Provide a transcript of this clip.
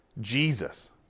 Jesus